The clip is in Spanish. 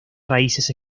raíces